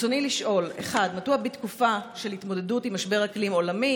רצוני לשאול: מדוע בתקופה של התמודדות עם משבר אקלים עולמי